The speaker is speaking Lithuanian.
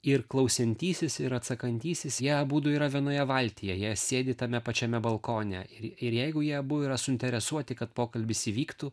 ir klausiantysis ir atsakantysis jie abudu yra vienoje valtyje jie sėdi tame pačiame balkone ir ir jeigu jie abu yra suinteresuoti kad pokalbis įvyktų